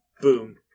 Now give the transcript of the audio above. Boom